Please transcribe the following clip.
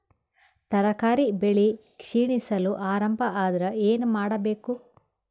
ತರಕಾರಿ ಬೆಳಿ ಕ್ಷೀಣಿಸಲು ಆರಂಭ ಆದ್ರ ಏನ ಮಾಡಬೇಕು?